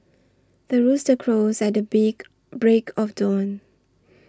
the rooster crows at the beak break of dawn